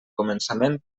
començament